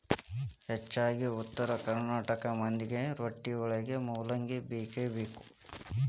ಹೆಚ್ಚಾಗಿ ಉತ್ತರ ಕರ್ನಾಟಕ ಮಂದಿಗೆ ರೊಟ್ಟಿವಳಗ ಮೂಲಂಗಿ ಬೇಕಬೇಕ